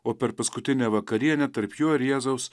o per paskutinę vakarienę tarp jo ir jėzaus